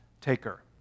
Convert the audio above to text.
taker